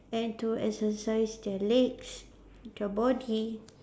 and to exercise their legs their body